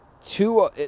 two